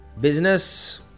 Business